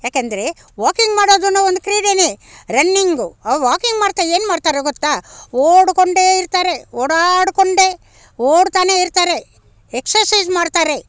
ಯಾಕೆಂದ್ರೆ ವಾಕಿಂಗು ಮಾಡೋದುನು ಒಂದು ಕ್ರೀಡೆಯೇ ರನ್ನಿಂಗು ಆ ವಾಕಿಂಗು ಮಾಡ್ತಾ ಏನ್ಮಾಡ್ತಾರೆ ಗೊತ್ತ ಓಡಿಕೊಂಡೆ ಇರ್ತಾರೆ ಓಡಾಡಿಕೊಂಡೆ ಓಡ್ತಾನೆ ಇರ್ತಾರೆ ಎಕ್ಸಸೈಸ್ ಮಾಡ್ತಾರೆ